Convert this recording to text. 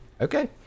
okay